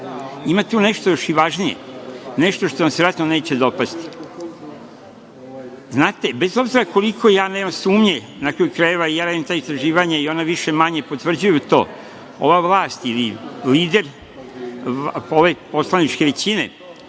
ima tu nešto još i važnije, nešto što vam se verovatno neće dopasti. Znate, bez obzira koliko ja nemam sumnje na kraju krajeva, ja radim ta istraživanja i ona više manje potvrđuju to, ova vlast ili lider ove poslaničke većine